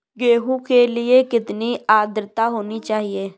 गेहूँ के लिए कितनी आद्रता होनी चाहिए?